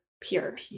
pure